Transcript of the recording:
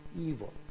evil